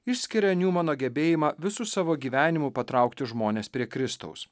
išskiria niumano gebėjimą visu savo gyvenimu patraukti žmones prie kristaus